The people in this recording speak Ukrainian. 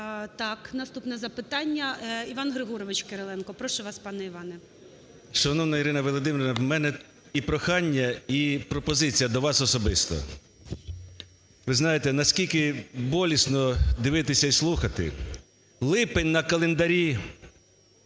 Так, наступне запитання, Іван Григорович Кириленко. Прошу вас, пане Іване. 10:50:48 КИРИЛЕНКО І.Г. Шановна Ірина Володимирівна, у мене і прохання, і пропозиція до вас особисто. Ви знаєте, наскільки болісно дивитися і слухати… Липень на календарі